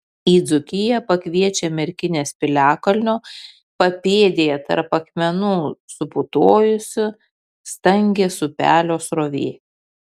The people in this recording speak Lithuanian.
į dzūkiją pakviečia merkinės piliakalnio papėdėje tarp akmenų suputojusi stangės upelio srovė